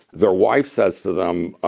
their wife says to them,